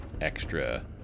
extra